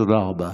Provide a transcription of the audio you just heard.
תודה רבה.